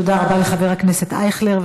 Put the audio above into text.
תודה רבה לחבר הכנסת אייכלר.